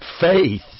faith